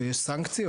יש סנקציות,